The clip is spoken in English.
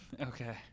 Okay